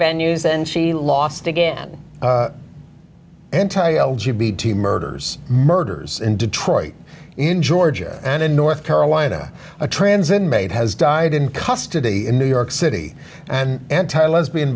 venues and she lost again g b two murders murders in detroit in georgia and in north carolina a trans inmate has died in custody in new york city and anti lesbian